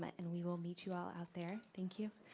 um and we will meet you all out there, thank you.